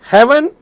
Heaven